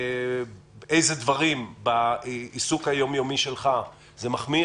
אילו דברים בעיסוק היום-יומי שלך זה מחמיר,